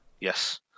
Yes